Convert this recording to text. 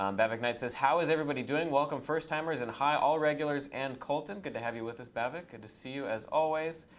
um bhavik knight says, how is everybody doing? welcome, first timers, and hi, all regulars and colton. good to have you with us bhavik. good and to see you, as always.